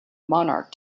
monarch